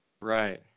right